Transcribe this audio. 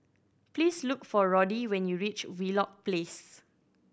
please look for Roddy when you reach Wheelock Place